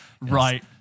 right